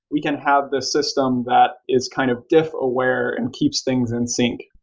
we can have this system that is kind of diff aware and keeps things in sync.